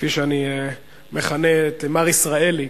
כפי שאני מכנה את מר ישראלי,